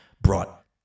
brought